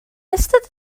ystod